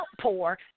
outpour